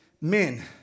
men